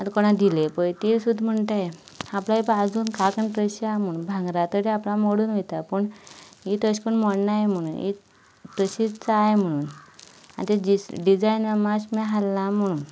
आतां कोणा दिले पळय तीं सुद्दा म्हणटाय आपणा एबय आजून कांकणां तश्शी आसा म्हूण भांगरा तरी आपणा मोडून वयता पूण हीं तशीं करून मोडनाय म्हूण हीं तशींच आहाय म्हूण आतां डिस डिजायन मातशे पूण हालनाय म्हूण